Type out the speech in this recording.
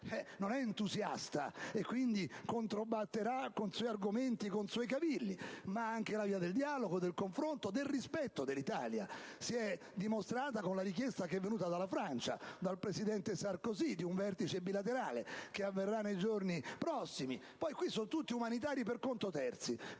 non è entusiasta e quindi controbatterà questa tesi con suoi argomenti e suoi cavilli. Ma vi è anche da dire che la via del dialogo, del confronto e del rispetto dell'Italia si è dimostrata con la richiesta venuta dalla Francia, dal presidente Sarkozy, di un vertice bilaterale che avverrà nei giorni prossimi. Poi sono tutti umanitari per conto terzi,